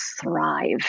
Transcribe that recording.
thrive